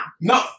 No